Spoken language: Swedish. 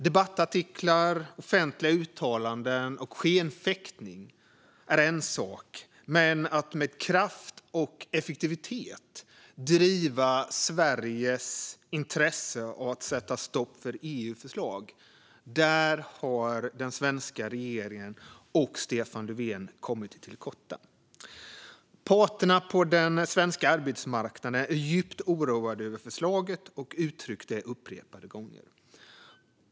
Debattartiklar, offentliga uttalanden och skenfäktning är en sak, men när det gäller att med kraft och effektivitet driva Sveriges intresse av att sätta stopp för EU-förslag har den svenska regeringen och Stefan Löfven kommit till korta. Parterna på den svenska arbetsmarknaden är djupt oroade över förslaget och har uttryckt det upprepade gånger.